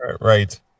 Right